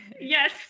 yes